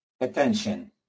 attention